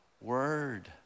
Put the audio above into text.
word